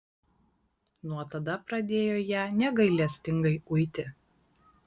nuo tada pradėjo ją negailestingai uiti